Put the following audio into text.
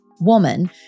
woman